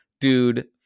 Dude